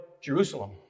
Jerusalem